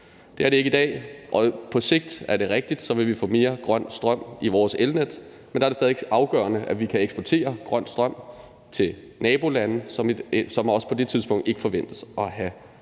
Det er det ikke i dag, men på sigt er det rigtigt at vi vil få mere grøn strøm i vores elnet, men der er det stadig afgørende, at vi kan eksportere grøn strøm til nabolande, som heller ikke på det tidspunkt forventes at have